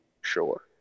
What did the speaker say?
sure